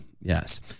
yes